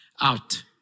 out